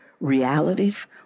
realities